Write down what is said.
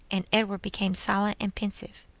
and edward became silent and pensive.